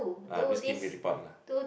ah just give me report lah